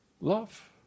Love